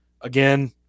Again